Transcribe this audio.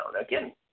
Again